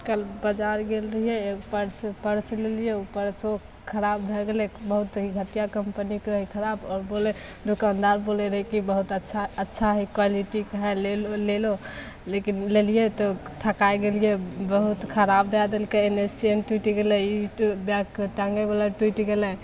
कल बजार गेल रहिए एक पर्स पर्स लेलिए ओ पर्सो खराब भै गेलै बहुत ही घटिआ कम्पनीके रहै ई खराब आओर बोलै दोकानदार बोलै रहै कि बहुत अच्छा अच्छा है क्वालिटी का है ले लो ले लो लेकिन लेलिए तऽ ठकाइ गेलिए बहुत खराब दै देलकै एन्ने चेन टुटि गेलै ई तऽ बैगके टाँगैवला टुटि गेलै